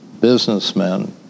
businessmen